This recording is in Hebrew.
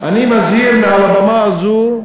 אני מזהיר מעל הבמה הזאת,